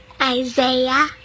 Isaiah